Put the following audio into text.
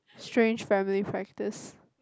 strange family practice